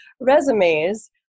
resumes